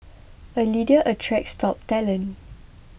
a leader attracts top talent